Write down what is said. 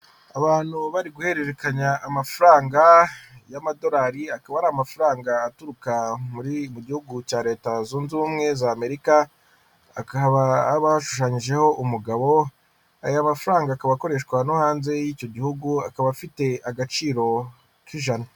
Abantu bari guhererekanya amafaranga y'amadorari akaba ari amafaranga aturuka mu gihugu cya leta zunze ubumwe za Amerika, akaba ashushanyijeho umugabo, aya mafaranga akaba akoreshwa no hanze y'icyo gihugu akaba afite agaciro k'ijana.